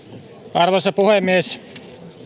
arvoisa puhemies